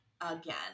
again